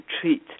treat